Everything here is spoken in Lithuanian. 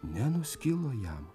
nenuskilo jam